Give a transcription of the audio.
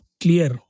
clear